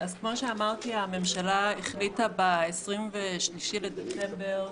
כמו שאמרתי, הממשלה החליטה ב-23 בדצמבר,